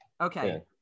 Okay